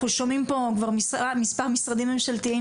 אנחנו שומעים פה כבר מספר משרדים ממשלתיים